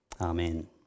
Amen